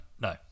No